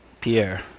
Pierre